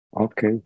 Okay